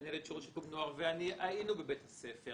מנהלת שירות לשיקום נוער ואני היינו בבית הספר.